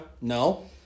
No